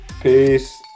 Peace